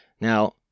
Now